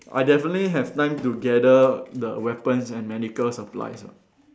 I definitely have time to gather the weapons and medical supplies lah